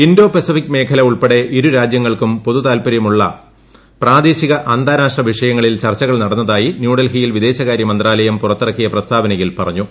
Indo Pacific മേഖല ഉൾപ്പെടെ ഇരുരാജ്യങ്ങൾക്കും പൊതു താത്പര്യമുള്ള പ്രാദേശിക അന്താരാഷ്ട്ര വിഷയങ്ങളിൽ ചർച്ചകൾ നടന്നതായി ന്യൂഡൽഹിയിൽ വിദേശകാര്യ മന്ത്രാലയം പുറത്തിറക്കിയ പ്രസ്താവനയിൽ പറഞ്ഞു